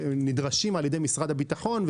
שנדרשים על-ידי משרד הביטחון,